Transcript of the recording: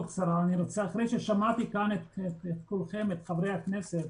אחרי ששמעתי כאן את כולכם, את חברי הכנסת